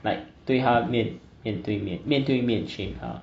like 对他面面对面面对面 shame hitler